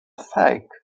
fake